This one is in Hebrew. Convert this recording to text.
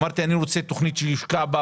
אמרתי שאני רוצה תכנית בחינוך,